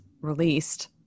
Released